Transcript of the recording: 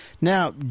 Now